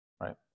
right